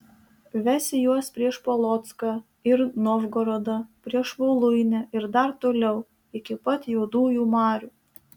vesi juos prieš polocką ir novgorodą prieš voluinę ir dar toliau iki pat juodųjų marių